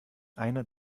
einer